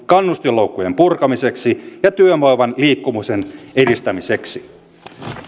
kannustinloukkujen purkamiseksi ja työvoiman liikkumisen edistämiseksi